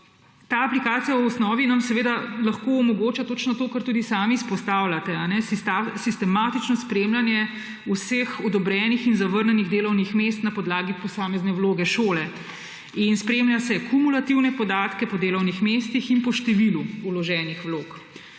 Ta aplikacija nam v osnovi seveda lahko omogoča točno to, kar tudi sami izpostavljate. Sistematično spremljanje vseh odobrenih in zavrnjenih delovnih mest na podlagi posamezne vloge šole. In spremlja se kumulativne podatke po delovnih mestih in po številu vloženih vlog.